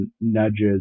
nudges